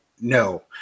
No